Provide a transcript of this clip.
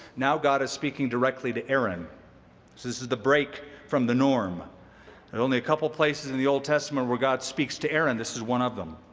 now, god is speaking directly to aaron. so this is the break from the norm. there's and only a couple places in the old testament where god speaks to aaron this is one of them.